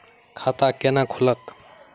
खाता केना खुलत?